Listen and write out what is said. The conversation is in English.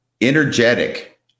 energetic